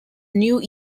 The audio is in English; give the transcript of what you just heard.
new